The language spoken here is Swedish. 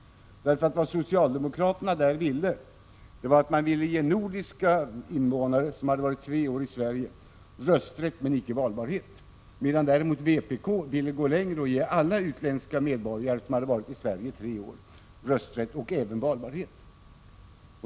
Vad socialdemokraterna där ville var att ge nordiska invånare som varit tre år i Sverige rösträtt men icke valbarhet, medan däremot vpk ville gå längre och ge alla utländska medborgare som varit i Sverige i tre år rösträtt och även valbarhet.